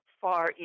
far